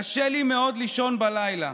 קשה לי מאוד לישון בלילה.